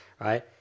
right